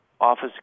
office